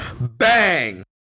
bang